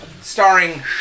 starring